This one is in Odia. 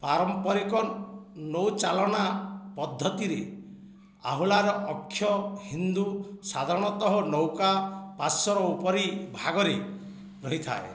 ପାରମ୍ପରିକ ନୌଚାଳନା ପଦ୍ଧତିରେ ଆହୁଲାର ଅକ୍ଷ ହିନ୍ଦୁ ସାଧାରଣତଃ ନୌକା ପାର୍ଶ୍ୱର ଉପରି ଭାଗରେ ରହିଥାଏ